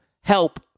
help